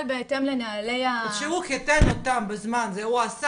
בהתאם לנהלי ה- -- בזמן שהוא חיתן אותם והוא עשה